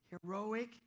heroic